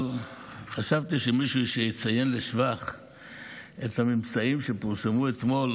אבל חשבתי שמישהו יציין לשבח את הממצאים שפורסמו אתמול,